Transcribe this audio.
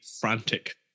frantic